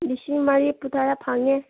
ꯂꯤꯁꯤꯡ ꯃꯔꯤꯐꯨ ꯇꯔꯥ ꯐꯪꯉꯦ